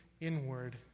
Inward